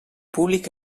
públic